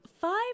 Five